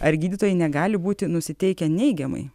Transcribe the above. ar gydytojai negali būti nusiteikę neigiamai